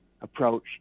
approach